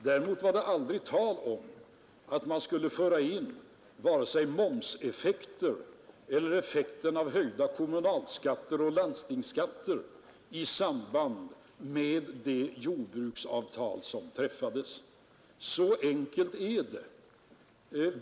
Däremot var det aldrig tal om att vi skulle föra in vare sig momseffekter eller effekten av höjda kommunaloch landstingsskatter i det jordbruksavtal som träffades. Så enkelt är det.